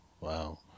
Wow